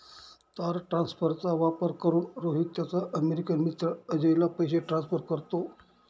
तार ट्रान्सफरचा वापर करून, रोहित त्याचा अमेरिकन मित्र अजयला पैसे ट्रान्सफर करतो